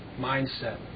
mindset